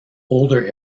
older